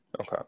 okay